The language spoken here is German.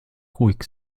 ruhig